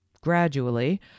Gradually